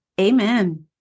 Amen